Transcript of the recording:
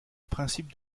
principe